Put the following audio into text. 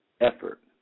effort